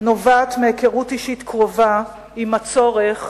נובעת מהיכרות אישית קרובה עם הצורך